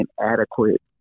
inadequate